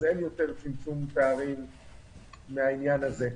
אז אין יותר צמצום פערים מהעניין הזה.